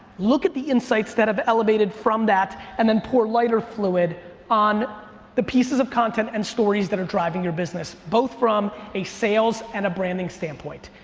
look at the insights that have elevated from that, and then pour lighter fluid on the pieces of content and stories that are driving your business both from a sales and a branding standpoint.